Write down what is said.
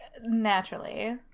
Naturally